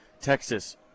Texas